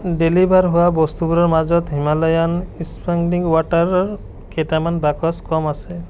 deliver হোৱা বস্তুবোৰৰ মাজত হিমালয়ান ইস্পাংলিং ৱাটাৰৰ কেইটামান বাকচ কম আছে